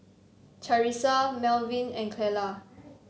Charissa Melvyn and Clella